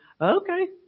okay